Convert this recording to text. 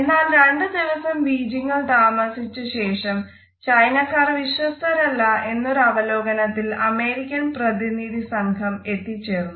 എന്നാൽ രണ്ട് ദിവസം ബീജിങ്ങിൽ താമസിച്ച ശേഷം ചൈനക്കാർ വിശ്വസ്തരല്ല എന്നൊരു അവലോകനത്തിൽ അമേരിക്കൻ പ്രതിനിധി സംഘം എത്തിച്ചേർന്നു